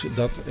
dat